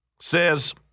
says